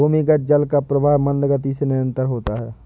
भूमिगत जल का प्रवाह मन्द गति से निरन्तर होता है